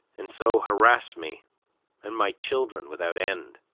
and so harass me and my children without end.